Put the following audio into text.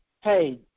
hey